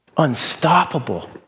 unstoppable